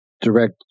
direct